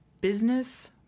business